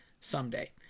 someday